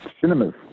Cinemas